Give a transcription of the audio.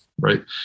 right